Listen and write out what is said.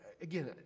again